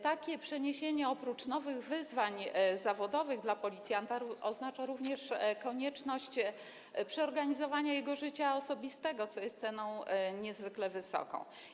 Takie przeniesienie oprócz nowych wyzwań zawodowych dla policjanta oznacza również konieczność przeorganizowania jego życia osobistego, co jest ceną niezwykle wysoką.